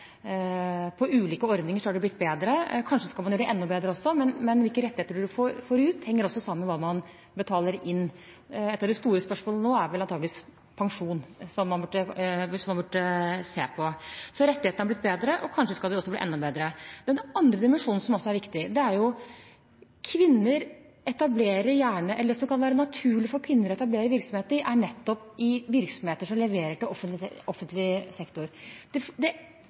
ulike ordninger er det blitt bedre – kanskje skal man også gjøre dem enda bedre. Men hvilke rettigheter man får ut, henger sammen med hva man betaler inn. Et av de store spørsmålene som man burde se på nå, er antageligvis pensjon. Så rettighetene er blitt bedre, og kanskje skal de også bli enda bedre. Den andre dimensjonen, som også er viktig, er at der det kan være naturlig for kvinner å etablere virksomhet, er nettopp i virksomheter som leverer til offentlig sektor. Det blir jo ikke enklere for kvinner å etablere egen virksomhet innenfor f.eks. velferdssektoren når man gjør det